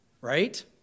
Right